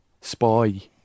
spy